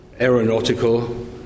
aeronautical